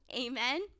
Amen